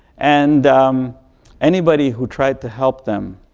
and anybody who tried to help them,